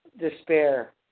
despair